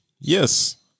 Yes